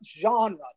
genre